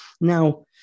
Now